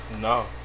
No